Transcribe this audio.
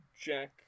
Jack